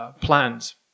plans